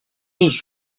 els